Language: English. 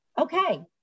Okay